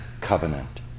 covenant